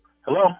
Hello